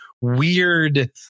weird